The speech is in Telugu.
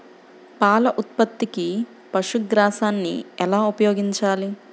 పాల ఉత్పత్తికి పశుగ్రాసాన్ని ఎలా ఉపయోగించాలి?